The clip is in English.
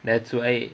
that's why